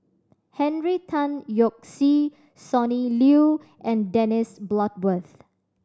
Henry Tan Yoke See Sonny Liew and Dennis Bloodworth